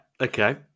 okay